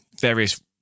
Various